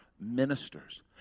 ministers